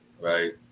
right